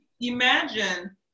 imagine